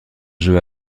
jeu